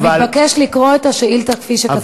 אתה מתבקש לקרוא את השאילתה כפי שכתוב.